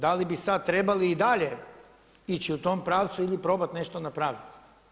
Da li bi sada trebali i dalje ići u tom pravcu ili probati nešto napraviti?